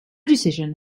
decision